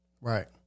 Right